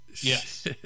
Yes